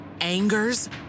angers